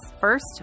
First